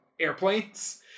airplanes